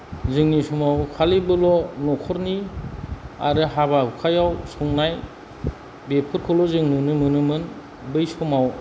जोंनि समाव खालि बेल' न'खरनि आरो हाबा हुखायाव संनाय बेफोरखौल' जों नुनोमोनोमोन बै समाव